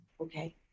Okay